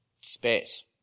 space